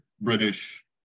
British